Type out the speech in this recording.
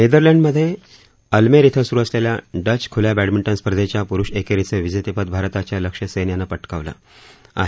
नेदरलंडमध्ये Almere इथं सुरू असलेल्या डच खुल्या बद्धमिंटन स्पर्धेच्या पुरुष एकेरीचं विजेतेपद भारताच्या लक्ष्य सेन यानं पटकावलं आहे